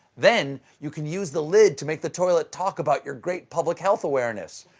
then you can use the lid to make the toilet talk about your great public health awareness.